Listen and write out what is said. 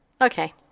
okay